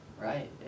Right